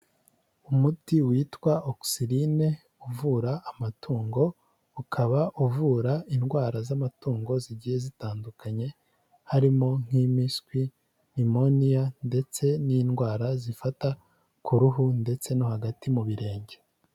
Umuti witwa Oxyline uvura amatungo ukaba uvura indwara z'amatungo zigiye zitandukanye harimo nk'impiswi, himoniya ndetse n'indwara zifata ku ruhu ndetse no hagati mu birenge.